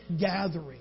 gathering